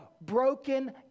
broken